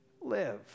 live